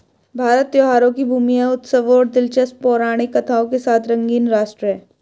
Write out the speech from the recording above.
भारत त्योहारों की भूमि है, उत्सवों और दिलचस्प पौराणिक कथाओं के साथ रंगीन राष्ट्र है